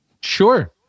Sure